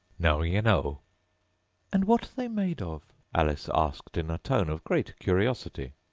now you know and what are they made of alice asked in a tone of great curiosity.